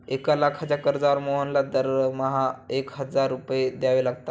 एक लाखाच्या कर्जावर मोहनला दरमहा एक हजार रुपये द्यावे लागतात